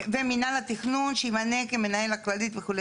ומינהל התכנון שימנה כמנהל הכללי וכולה,